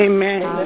Amen